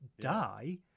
die